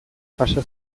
pasa